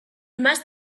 must